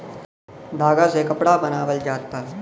धागा से कपड़ा बनावल जात बा